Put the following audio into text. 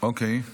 אנחנו